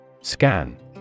Scan